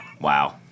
Wow